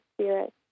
Spirit